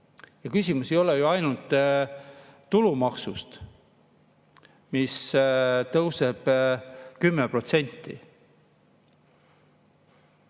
Ja küsimus ei ole ju ainult tulumaksus, mis tõuseb 10%.